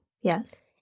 Yes